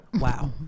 Wow